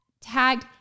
tagged